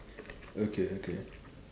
okay okay